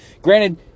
Granted